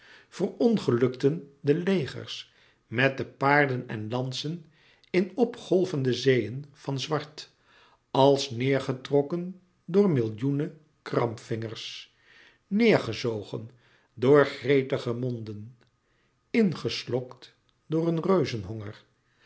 verongelukten de legers met de paarden en lansen in opgolvende zeeën van zwart als neêrgetrokken door millioenen krampvingers neêrgezogen door gretige monden ingeslokt door een